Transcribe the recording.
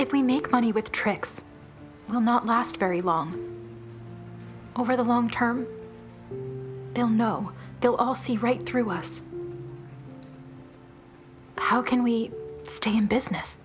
if we make money with tricks will not last very long over the long term they'll know they'll all see right through us how can we stay in business